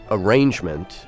arrangement